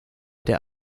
der